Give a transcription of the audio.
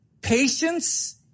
patience